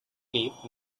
cliff